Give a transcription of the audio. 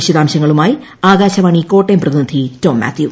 വിശദാംശങ്ങളുമായി ആകാശവാണി കോട്ടയം പ്രതിനിധി ടോം മാത്യു